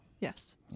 Yes